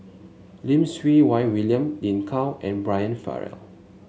Lim Siew Wai William Lin Gao and Brian Farrell